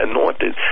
anointed